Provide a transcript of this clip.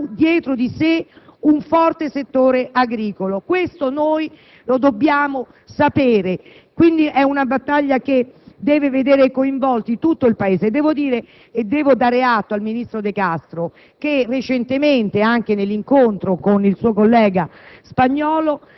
se non ha dietro di sé un forte settore agricolo. Questo lo dobbiamo sapere. Quindi, è una battaglia che deve vedere coinvolto tutto il Paese. Devo dare atto al ministro De Castro che recentemente, anche nell'incontro con il suo collega spagnolo,